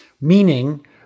meaning